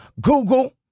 Google